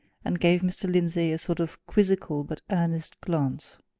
and gave mr. lindsey a sort of quizzical but earnest glance.